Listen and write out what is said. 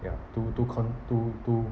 ya to to con~ to to